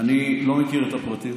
אני לא מכיר את הפרטים.